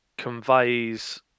conveys